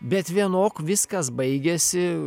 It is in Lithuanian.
bet vienok viskas baigėsi